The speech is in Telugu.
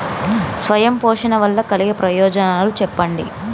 స్వయం పోషణ వల్ల కలిగే ప్రయోజనాలు చెప్పండి?